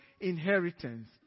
inheritance